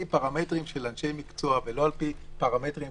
פרמטרים של אנשי מקצוע ולא של פוליטיקאים.